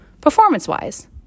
performance-wise